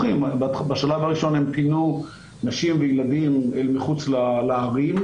בשלב הראשון הם פינו נשים וילדים אל מחוץ לערים,